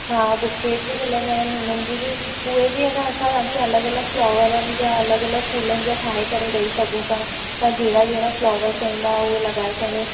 हा बुके बि मिलंदा आहिनि उननि जी बि उहे बि असां तव्हांखे अलॻि अलॻि फ्लॉवरनि जा अलॻि अलॻि फूलनि जा ठाहे करे ॾई सघूं था तव्हां जहिड़ा जहिड़ा फ्लॉवर चवंदा उहे लॻाए करे